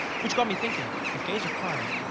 which got me thinking. if gay is a crime,